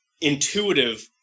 intuitive